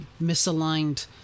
misaligned